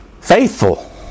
Faithful